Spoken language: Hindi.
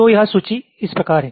तो यह सूची इस प्रकार है